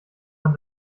man